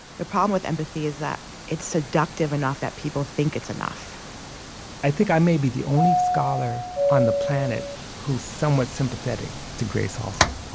the problem with empathy is that it's seductive enough that people think it's enough i think i may be the only scholar on the planet who's somewhat sympathetic to grace halsell.